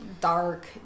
dark